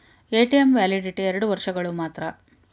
ATM validity ಎರಡು ವರ್ಷಗಳು ಮಾತ್ರ